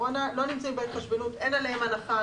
במחלקת קורונה סכום השווה ל-81.5% מסכום ההפרש שבו